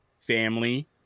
family